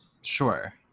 Sure